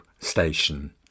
station